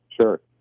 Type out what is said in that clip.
Sure